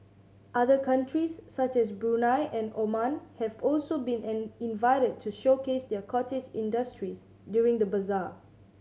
other countries such as Brunei and Oman have also been an invited to showcase their cottage industries during the bazaar